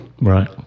Right